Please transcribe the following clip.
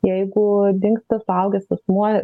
jeigu dingsta suaugęs asmuo